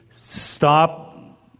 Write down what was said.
stop